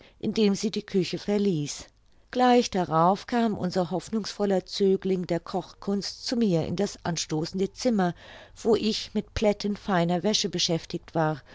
indem sie die küche verließ gleich darauf kam unser hoffnungsvoller zögling der kochkunst zu mir in das anstoßende zimmer wo ich mit plätten feiner wäsche beschäftigt war